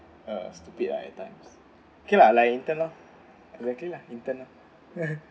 uh stupid lah at times okay lah like intern loh exactly lah intern lah